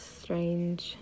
strange